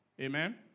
Amen